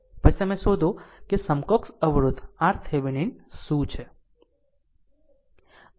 પછી તમે શોધો છો કે સમકક્ષ અવરોધ RThevenin શું છે